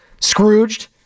Scrooged